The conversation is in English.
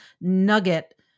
nugget